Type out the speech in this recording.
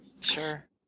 Sure